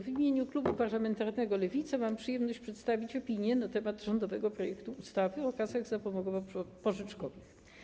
W imieniu klubu parlamentarnego Lewica mam przyjemność przedstawić opinię na temat rządowego projektu ustawy o kasach zapomogowo-pożyczkowych.